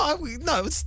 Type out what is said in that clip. No